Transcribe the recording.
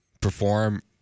perform